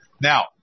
now